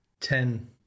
ten